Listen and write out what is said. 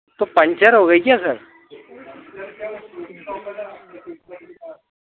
तो पंचर हो गई क्या सर